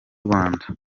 rwanda